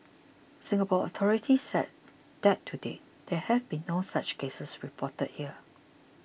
Singapore authorities said that to date there have been no such cases reported here